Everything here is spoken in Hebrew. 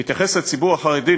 בהתייחס לציבור החרדי,